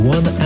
One